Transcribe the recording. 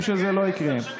מבינים שזה לא יקרה.